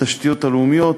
התשתיות הלאומיות,